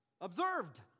Observed